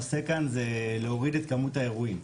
הנושא כאן הוא להוריד את כמות האירועים.